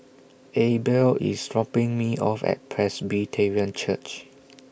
Abel IS dropping Me off At Presbyterian Church